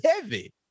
heavy